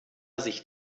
sich